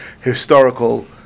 historical